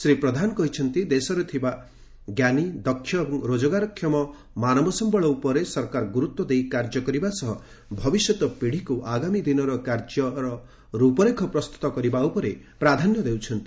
ଶ୍ରୀ ପ୍ରଧାନ କହିଛନ୍ତି ଦେଶରେ ଥିବା ଜ୍ଞାନୀ ଦକ୍ଷ ଏବଂ ରୋଜଗାରକ୍ଷମ ମାନବସ୍ୟଳ ଉପରେ ସରକାର ଗୁରୁତ୍ୱ ଦେଇ କାର୍ଯ୍ୟ କରିବା ସହ ଭବିଷ୍ୟତ ପିଢ଼ିକୁ ଆଗାମୀ ଦିନର କାର୍ଯ୍ୟ ରୂପରେଖ ପ୍ରସ୍ତୁତ କରିବା ଉପରେ ପ୍ରାଧାନ୍ୟ ଦେଉଛନ୍ତି